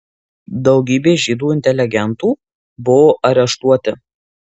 daugybė žydų inteligentų buvo areštuoti